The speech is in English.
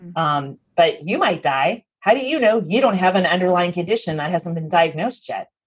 um but you might die. how do you know you don't have an underlying condition that hasn't been diagnosed yet?